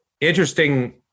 Interesting